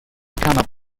cannot